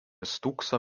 stūkso